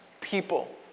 people